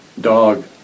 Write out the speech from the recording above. dog